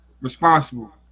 responsible